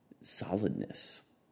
solidness